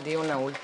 הדיון נעול.